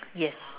yes